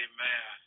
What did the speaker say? Amen